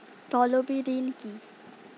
তলবি ঋণ কি?